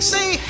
Say